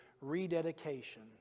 Rededication